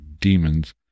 demons